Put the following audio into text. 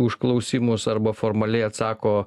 užklausimus arba formaliai atsako